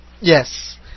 Yes